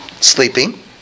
Sleeping